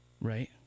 Right